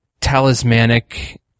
talismanic